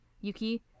Yuki